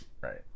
Right